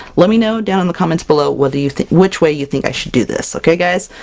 let me know down in the comments below! what do you think? which way you think i should do this, okay guys?